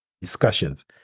discussions